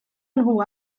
nhw